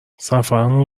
سفرمون